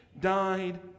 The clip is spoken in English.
died